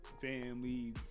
family